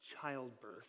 childbirth